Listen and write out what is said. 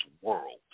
world